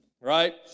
right